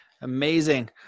amazing